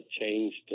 changed